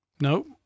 Nope